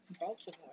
Baltimore